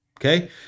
Okay